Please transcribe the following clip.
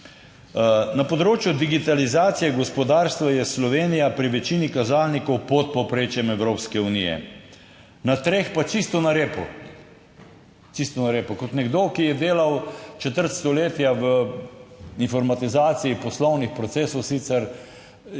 Na področju digitalizacije gospodarstva je Slovenija pri večini kazalnikov pod povprečjem Evropske unije, na treh pa čisto na repu. Čisto na repu. Kot nekdo, ki je delal četrt stoletja v informatizaciji, poslovnih procesov sicer,